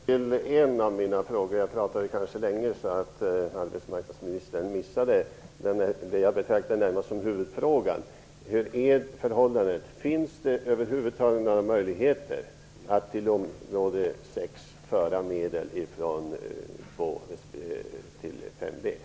Fru talman! Jag skall återkomma till en av mina frågor. Arbetsmarknadsministern missade kanske det som jag betraktade som huvudfrågan, nämligen om det över huvud taget finns några möjligheter att till målområde 6 föra över medel från fonderna 2 - 5b.